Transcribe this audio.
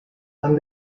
han